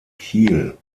kiel